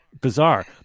bizarre